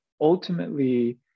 ultimately